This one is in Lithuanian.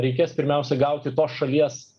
reikės pirmiausia gauti tos šalies